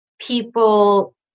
people